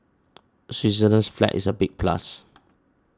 Switzerland's flag is a big plus